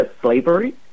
slavery